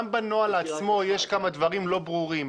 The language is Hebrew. גם בנוהל עצמו יש כמה דברים לא ברורים.